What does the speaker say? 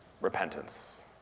repentance